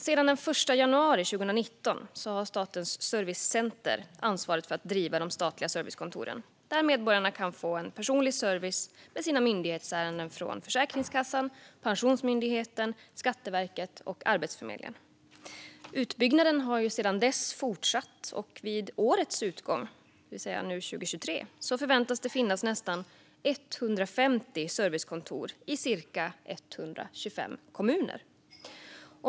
Sedan den 1 juni 2019 har Statens servicecenter ansvaret för att driva de statliga servicekontoren, där medborgarna kan få personlig service med sina myndighetsärenden från Försäkringskassan, Pensionsmyndigheten, Skatteverket och Arbetsförmedlingen. Utbygganden har sedan dess fortsatt, och vid utgången av 2023 förväntas det finnas nästan 150 servicekontor i cirka 125 kommuner.